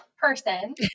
person